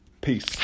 Peace